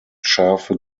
schafe